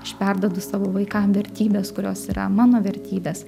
aš perduodu savo vaikam vertybes kurios yra mano vertybės